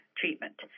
treatment